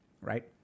right